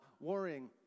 worrying